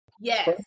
Yes